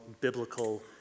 biblical